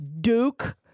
duke